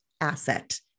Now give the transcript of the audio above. asset